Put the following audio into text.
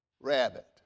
rabbit